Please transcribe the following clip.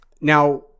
Now